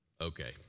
Okay